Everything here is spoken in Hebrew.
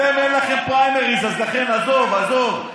אתם, אין לכם פריימריז, אז לכן עזוב, עזוב.